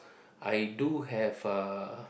I do have uh